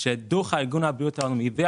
העולם.